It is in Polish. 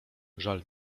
żal